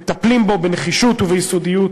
מטפלים בו בנחישות וביסודיות.